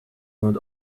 not